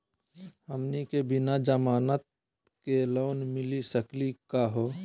हमनी के बिना जमानत के लोन मिली सकली क हो?